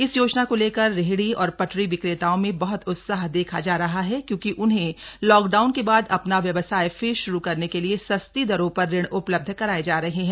इस योजना को लेकर रे ह डी औ र प ट री विक्रेताओं में ब ह त उत्साह देखा जा र हा है क्यों कि उन्हें लॉकडाउन के बाद अपना व्यवसाय फिर शुरू करने के लिए सस्ती दरों पर ऋण उपलब्ध कराए जा रहे हैं